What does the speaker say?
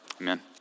amen